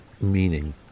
meaning